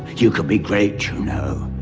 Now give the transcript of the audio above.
you could be great, you know.